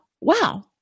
wow